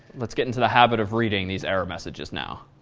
let's get into the habit of reading these error messages now.